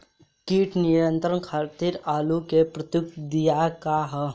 कीट नियंत्रण खातिर आलू में प्रयुक्त दियार का ह?